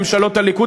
ממשלות הליכוד,